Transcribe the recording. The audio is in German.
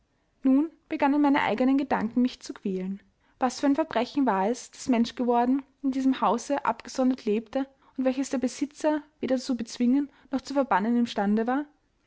nun begannen meine eigenen gedanken mich zu quälen was für ein verbrechen war es das mensch geworden in diesem hause abgesondert lebte und welches der besitzer weder zu bezwingen noch zu verbannen imstande war